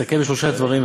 הסתכל בשלושה דברים,